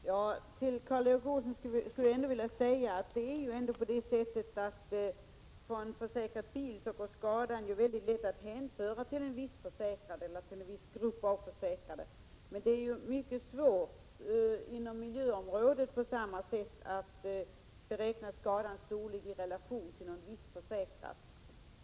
Herr talman! Till Karl Erik Olsson vill jag säga att när det gäller bilförsäkring går skadan ändå väldigt lätt att hänföra till en viss försäkrad eller en viss grupp av försäkrade. Inom miljöområdet är det däremot mycket svårt att på samma sätt beräkna skadans storlek i relation till någon viss försäkrad.